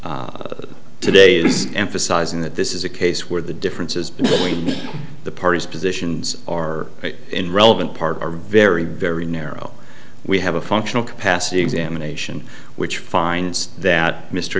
with today is emphasizing that this is a case where the differences between the parties positions or in relevant parts are very very narrow we have a functional capacity examination which finds that mr